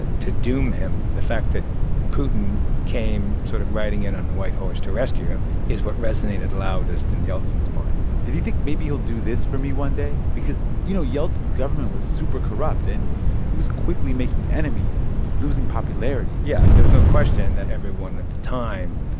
ah to doom him. the fact that putin came sort of riding in on the white horse to rescue him is what resonated loudest in yeltsin's mind did he think, maybe he'll do this for me one day, because, you know, yeltsin's government was super corrupt, and he was quickly making enemies, losing popularity? yeah. there's no question that everyone at the time,